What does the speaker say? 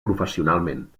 professionalment